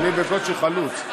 אני בקושי חלוץ.